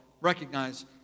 recognize